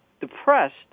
depressed